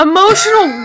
Emotional